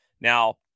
Now